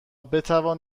بتوان